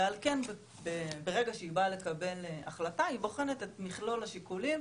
ועל כן ברגע שהיא באה לקבל החלטה היא בוחנת את מכלול השיקולים,